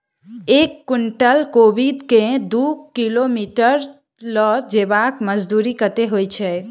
एक कुनटल कोबी केँ दु किलोमीटर लऽ जेबाक मजदूरी कत्ते होइ छै?